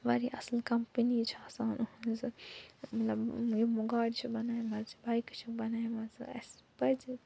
وارِیاہ اصٕل کمپٔنی چھِ آسان إہنٛزٕ مطلب یِمو گاڑِ چھِ بنایِمژ بایکہٕ چھَکھ بنٲیہِ مژ اَسہِ پَزِ